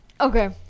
okay